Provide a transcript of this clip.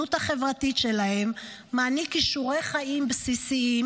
המיומנות החברתית שלהם, מעניק כישורי חיים בסיסיים